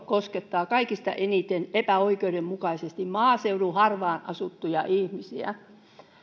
koskettaa kaikista eniten epäoikeudenmukaisesti maaseudun harvaan asuttujen alueiden ihmisiä